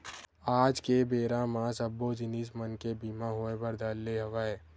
आज के बेरा म सब्बो जिनिस मन के बीमा होय बर धर ले हवय